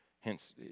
hence